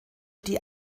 die